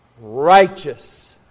righteous